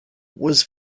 was